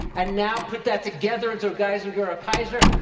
and now put that together into a geisinger or kaiser?